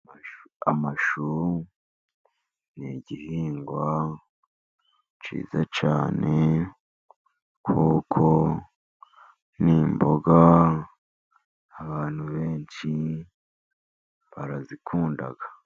Amashu ni igihingwa cyiza cyane kuko ni imboga, abantu benshi barazikunda.